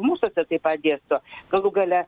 mūsuose taip pat dėsto galų gale